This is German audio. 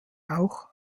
auch